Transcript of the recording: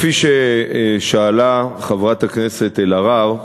כפי ששאלה חברת הכנסת אלהרר,